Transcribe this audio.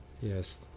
Yes